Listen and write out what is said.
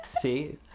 See